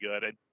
good